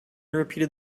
repeated